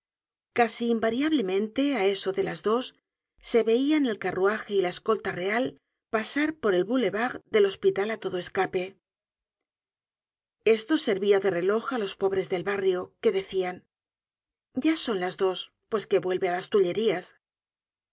casi invariablemente á eso de las dos se veian el carruaje y la escolta real pasar por el boulevard del hospital á todo escape esto servia de reloj á los pobres del barrio que decian ya son las dos pues que vuelve á las tullerías